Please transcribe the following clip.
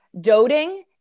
doting